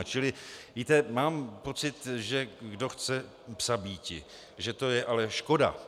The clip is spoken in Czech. Čili víte, mám pocit, že kdo chce psa bíti... že je to ale škoda.